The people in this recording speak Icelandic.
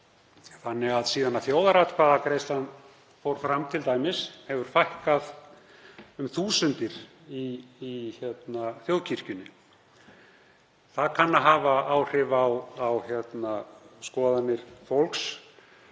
Þannig að síðan þjóðaratkvæðagreiðslan fór fram hefur fækkað um þúsundir í þjóðkirkjunni. Það kann að hafa áhrif á skoðanir fólks.